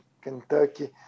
Kentucky